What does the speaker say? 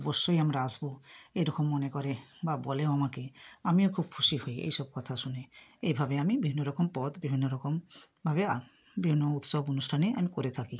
অবশ্যই আমরা আসবো এইরকম মনে করে বা বলেও আমাকে আমিও খুব খুশি হই এই সব কথা শুনে এইভাবে আমি বিভিন্ন রকম পদ বিভিন্ন রকম ভাবে বিভিন্ন উৎসব অনুষ্ঠানে আমি করে থাকি